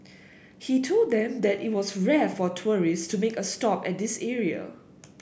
he told them that it was rare for tourists to make a stop at this area